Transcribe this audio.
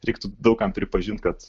reiktų daug kam pripažint kad